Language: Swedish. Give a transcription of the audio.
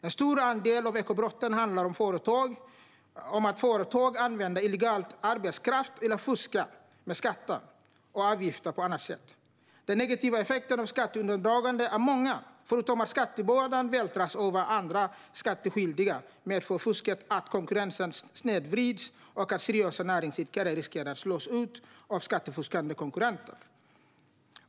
En stor andel av ekobrotten handlar om att företag använder illegal arbetskraft eller fuskar med skatter och avgifter på annat sätt. De negativa effekterna av skatteundandragande är många. Förutom att skattebördan vältras över på andra skattskyldiga medför fusket att konkurrensen snedvrids och att seriösa näringsidkare riskerar att slås ut av skattefuskande konkurrenter.